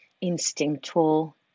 instinctual